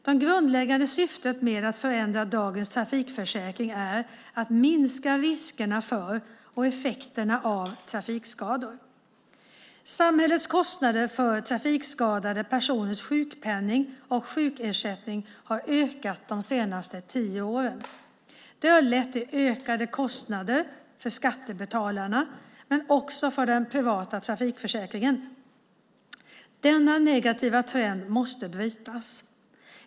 Det grundläggande syftet med att förändra dagens trafikförsäkring är att minska riskerna för och effekterna av trafikskador. Samhällets kostnader för trafikskadade personers sjukpenning och sjukersättning har ökat de senaste tio åren. Det har lett till ökade kostnader för skattebetalarna men också för den privata trafikförsäkringen. Denna negativa trend måste brytas.